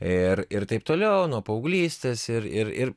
ir ir taip toliau nuo paauglystės ir ir ir